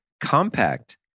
compact